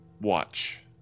watch